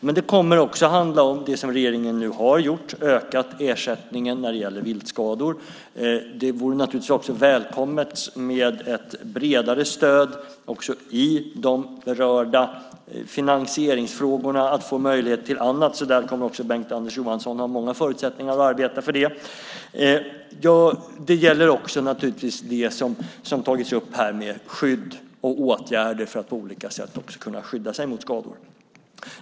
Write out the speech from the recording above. Men det kommer även att handla om det som regeringen nu har gjort, nämligen ökat ersättningen för viltskador. Det vore naturligtvis också välkommet med ett bredare stöd i de berörda finansieringsfrågorna för att få möjlighet till annat; Bengt-Anders Johansson kommer alltså att ha många förutsättningar att arbeta för det. Vidare gäller det skydd och andra åtgärder, som nämnts i debatten. Det gäller att på olika sätt kunna skydda sig mot skador.